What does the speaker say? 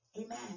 amen